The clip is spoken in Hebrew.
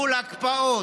מול הקפאות,